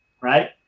right